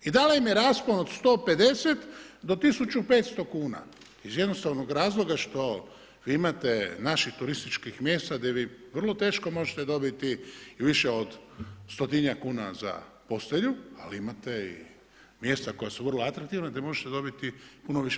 I da li im je raspon od 150 do 1500 kn, iz jednostavnog razloga što imate naših turističkih mjesta gdje vi vrlo teško možete dobiti više od stotinjak kuna za postelju ali imate i mjesta koja su vrlo atraktivna gdje možete dobiti puno više.